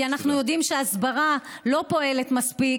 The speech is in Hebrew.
כי אנחנו יודעים שההסברה לא פועלת מספיק,